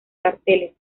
carteles